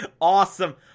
Awesome